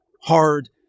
hard